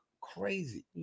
crazy